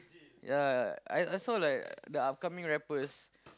ya I I saw like the upcoming rappers